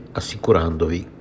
assicurandovi